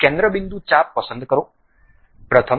તેથી કેન્દ્ર બિંદુ ચાપ પસંદ કરો પ્રથમ